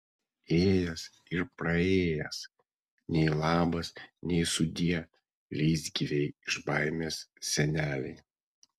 ėjęs ir praėjęs nei labas nei sudie leisgyvei iš baimės senelei